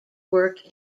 work